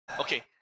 Okay